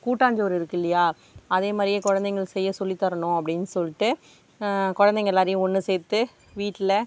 கூட்டாஞ்சோறு இருக்கில்லியா அதே மாதிரியே குழந்தைங்கள செய்ய சொல்லி தரணும் அப்படின் சொல்லிட்டு குழந்தைங்க எல்லாேரையும் ஒன்று சேர்த்து வீட்டில்